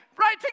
right